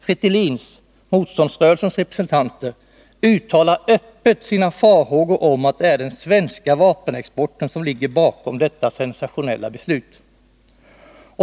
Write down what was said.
FRETILIN:s, motståndsrörelsens, representanter uttalar öppet farhågor för att det är den svenska vapenexporten som ligger bakom detta sensationella beslut.